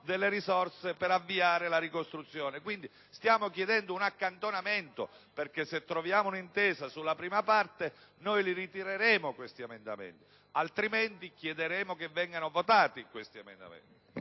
delle risorse per avviare la ricostruzione! Quindi, stiamo chiedendo un accantonamento perché, se troviamo un'intesa sulla prima parte, ritireremo questi emendamenti; altrimenti, chiederemo che essi vengano votati.